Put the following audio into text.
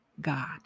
God